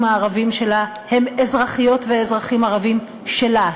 הערבים שלה הם אזרחיות ואזרחים ערבים שלה,